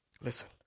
listen